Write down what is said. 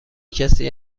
کسی